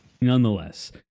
nonetheless